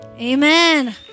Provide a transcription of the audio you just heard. amen